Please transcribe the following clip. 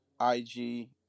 IG